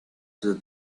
the